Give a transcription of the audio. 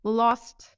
lost